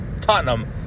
Tottenham